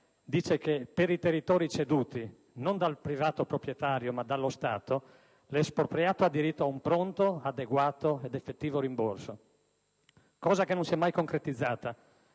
dice che per i territori ceduti (non dal privato proprietario, ma dallo Stato) l'espropriato ha diritto a un pronto, adeguato ed effettivo rimborso, cosa che non si è mai concretizzata,